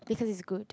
because is good